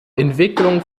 entwicklung